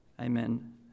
Amen